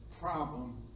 problem